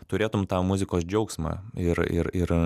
turėtum tą muzikos džiaugsmą ir ir ir